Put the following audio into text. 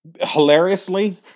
Hilariously